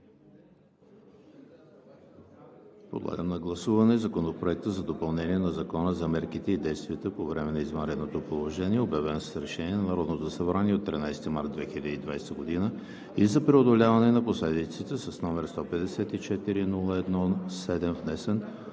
Подлагам на гласуване Законопроект за допълнение на Закона за мерките и действията по време на извънредното положение, обявено с решение на Народното събрание от 13 март 2020 г., и за преодоляване на последиците, с № 154-01-7, внесен